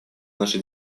наши